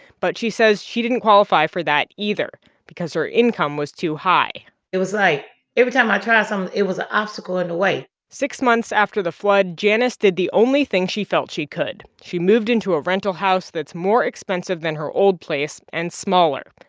but she says she didn't qualify for that either because her income was too high it was like every time i tried something, um it was a obstacle in the way six months after the flood, janice did the only thing she felt she could she moved into a rental house that's more expensive than her old place and smaller.